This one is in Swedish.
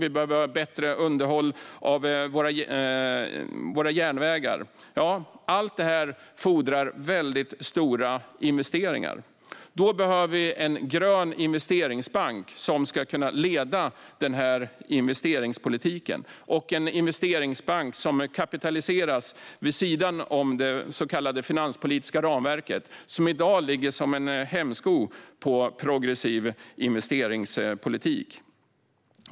Vi behöver ha bättre underhåll av våra järnvägar. Allt det fordrar väldigt stora investeringar. Vi behöver då en grön investeringsbank som ska kunna leda investeringspolitiken. Det ska vara en investeringsbank som kapitaliseras vid sidan av det så kallade finanspolitiska ramverket. Det ligger i dag som en hämsko på progressiv investeringspolitik.